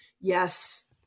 yes